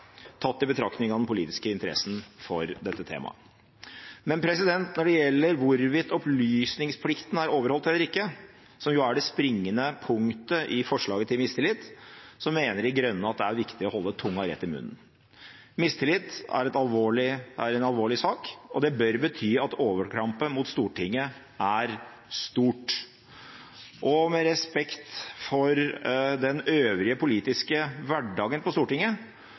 tatt i betraktning av den politiske interessen for dette temaet. Når det gjelder hvorvidt opplysningsplikten er overholdt eller ikke, som jo er det springende punktet i forslaget til mistillit, mener De Grønne at det er viktig å holde tunga rett i munnen. Mistillit er en alvorlig sak, og det bør bety at overtrampet mot Stortinget er stort. Med respekt for den øvrige politiske hverdagen på Stortinget,